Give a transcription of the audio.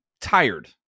tired